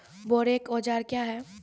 बोरेक औजार क्या हैं?